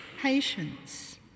patience